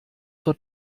zur